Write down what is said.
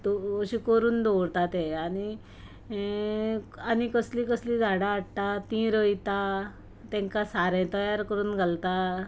अशे करून दवरता ते आनी हें आनी कसलीं कसलीं झाडां हाडटा तीं रोयता तांकां सारें तयार करून घालता